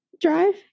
drive